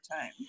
time